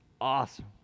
awesome